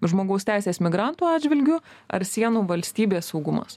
žmogaus teisės migrantų atžvilgiu ar sienų valstybės saugumas